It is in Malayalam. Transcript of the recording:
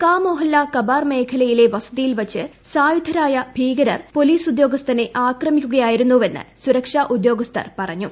ഒരു കാ മോഹല്ല കമ്പാർ മേഖലയിലെ വസതിയിൽ വച്ച് സായുധരായ ഭീകരർ പോലീസുദ്യോഗസ്ഥനെ ആക്രമിക്കുകയായിരുന്നു എന്ന് സുരക്ഷാ ഉദ്യോഗസ്ഥർ പറഞ്ഞു